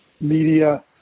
media